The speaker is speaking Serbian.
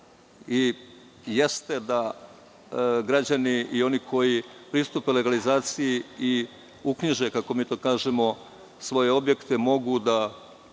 i jeste da građani i oni koji pristupe legalizaciji i uknjiže, kako mi to kažemo, svoje objekte, mogu da